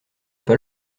pas